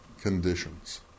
conditions